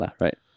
right